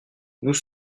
nous